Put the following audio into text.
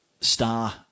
star